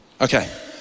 Okay